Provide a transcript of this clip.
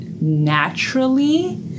naturally